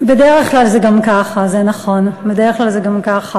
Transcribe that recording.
בדרך כלל זה גם ככה, זה נכון, בדרך כלל זה גם ככה.